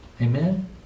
Amen